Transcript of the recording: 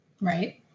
Right